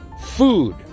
food